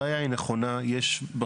הבעיה היא נכונה, יש מחלוקות